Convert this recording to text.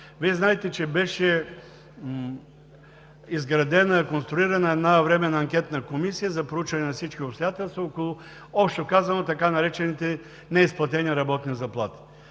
Вие знаете, че беше изградена, конструирана една временна анкетна комисия за проучване на всички обстоятелства около, общо казано, така наречените неизплатени работни заплати.